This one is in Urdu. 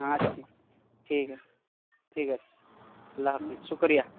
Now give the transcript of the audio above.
ہاں ٹھیک ٹھیک ہے ٹھیک ہے اللہ حافظ شکریہ